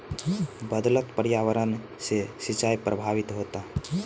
बदलत पर्यावरण से सिंचाई प्रभावित होता